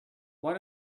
why